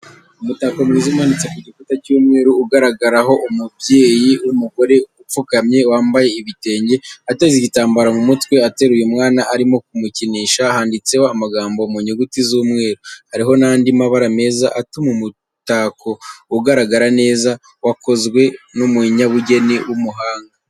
Umutako mwiza umanitse ku gikuta cy'umweru ugaragaraho umubyeyi w'umugore upfukamye wambaye ibitenge ateze igitambaro mu mutwe ateruye umwana arimo kumukinisha, handitseho amagambo mu nyuguti z'umweru, hariho n'andi mabara meza atuma umutako ugaragara neza, wakozwe n'umunyabugeni w'umuhanga.